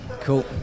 Cool